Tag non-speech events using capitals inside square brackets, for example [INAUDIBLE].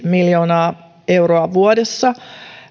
miljoonaa euroa vuodessa [UNINTELLIGIBLE] [UNINTELLIGIBLE]